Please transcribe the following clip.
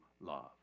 love